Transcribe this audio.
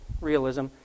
realism